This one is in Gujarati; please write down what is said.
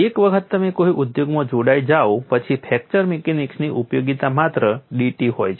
એક વખત તમે કોઈ ઉદ્યોગમાં જોડાઈ જાઓ પછી ફ્રેક્ચર મિકેનિક્સની ઉપયોગિતા માત્ર DT હોય છે